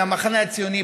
מהמחנה הציוני,